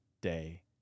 day